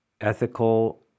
ethical